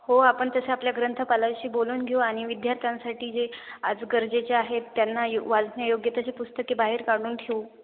हो आपण तसं आपल्या ग्रंथपालांशी बोलून घेऊ आणि विद्यार्थ्यांसाठी जे आज गरजे जे आहेत त्यांना यो वाचन्यायोग्यतेचे पुस्तके बाहेर काढून घेऊ